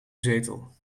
zetel